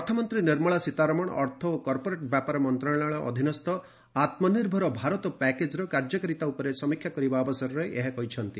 ଅର୍ଥମନ୍ତ୍ରୀ ନିର୍ମଳା ସୀତାରମଣ ଅର୍ଥ ଓ କପ୍ରୋରେଟ୍ ବ୍ୟାପାର ମନ୍ତ୍ରଶାଳୟ ଅଧୀନସ୍ଥ ଆତ୍ମନିର୍ଭର ଭାରତ ପ୍ୟାକେକ୍ର କାର୍ଯ୍ୟକାରିତା ଉପରେ ସମୀକ୍ଷା କରିବା ଅବସରରେ ଏହା କହିଛନ୍ତି